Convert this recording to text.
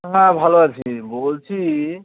হ্যাঁ ভালো আছি বলছি